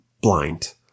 blind